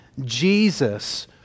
Jesus